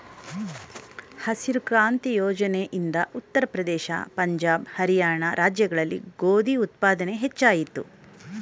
ಹಸಿರು ಕ್ರಾಂತಿ ಯೋಜನೆ ಇಂದ ಉತ್ತರ ಪ್ರದೇಶ, ಪಂಜಾಬ್, ಹರಿಯಾಣ ರಾಜ್ಯಗಳಲ್ಲಿ ಗೋಧಿ ಉತ್ಪಾದನೆ ಹೆಚ್ಚಾಯಿತು